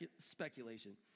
speculation